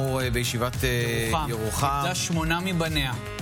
(חרבות ברזל) (הארכת מעצר לחשוד בעבירת ביטחון),